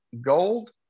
Gold